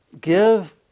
give